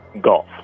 Golf